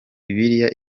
bibiliya